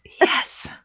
yes